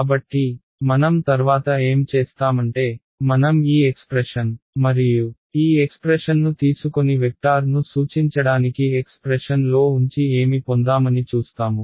కాబట్టి మనం తర్వాత ఏం చేస్తామంటే మనం ఈ ఎక్స్ప్రెషన్ మరియు ఈ ఎక్స్ప్రెషన్ను తీసుకొని వెక్టార్ను సూచించడానికి ఎక్స్ప్రెషన్లో ఉంచి ఏమి పొందామని చూస్తాము